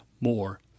more